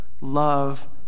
love